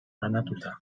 banatuta